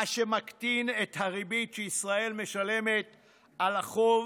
מה שמקטין את הריבית שישראל משלמת על החוב